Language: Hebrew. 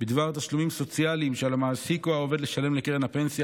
בדבר תשלומים סוציאליים שעל המעסיק או העובד לשלם לקרן הפנסיה,